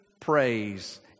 praise